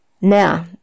now